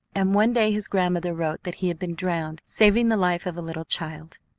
and one day his grandmother wrote that he had been drowned saving the life of a little child.